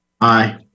Aye